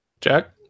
Jack